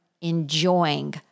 enjoying